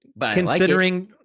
Considering